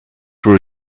were